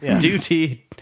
duty